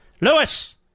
Lewis